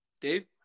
Dave